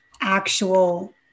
actual